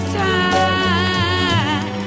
time